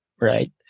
Right